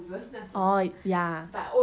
oh ya